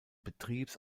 betriebs